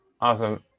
Awesome